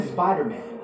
Spider-Man